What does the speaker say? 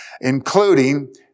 including